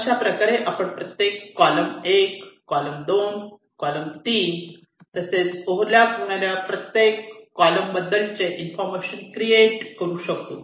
अशाप्रकारे आपण प्रत्येक कॉलम 1 कॉलम 2 कॉलम 3 तसेच ओव्हर लॅप होणाऱ्या प्रत्येक कॉलम बद्दलचे इन्फॉर्मेशन क्रिएट करू शकतो